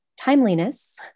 timeliness